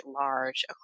large